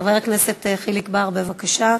חבר הכנסת חיליק בר, בבקשה.